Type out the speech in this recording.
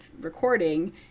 recording